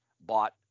bought